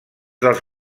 dels